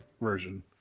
version